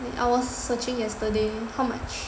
I was searching yesterday how much